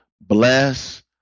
Bless